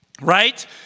right